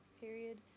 period